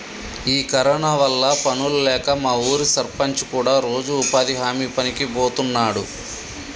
ఈ కరోనా వల్ల పనులు లేక మా ఊరి సర్పంచి కూడా రోజు ఉపాధి హామీ పనికి బోతున్నాడు